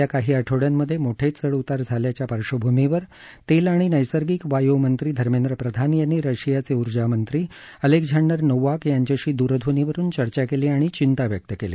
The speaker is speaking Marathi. कच्च्या इंधन तेलाच्या दरात गेल्या काही आठवड्यांमधे मोठे चढउतार झाल्याचा पार्श्वभूमीवर तेल आणि नैसर्गिक वायू मंत्री धर्मेंद्र प्रधान यांनी रशियाचे ऊर्जामंत्री अलेक्झांडर नोवाक यांच्याशी दूरध्वनीवरुन चर्चा केली आणि चिंता व्यक्त केली